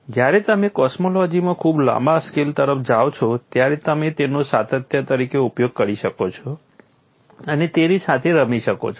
જ્યારે તમે કોસ્મોલોજીમાં ખૂબ લાંબા સ્કેલ તરફ જોતા હોવ ત્યારે તમે તેનો સાતત્ય તરીકે ઉપયોગ કરી શકો છો અને તેની સાથે રમી શકો છો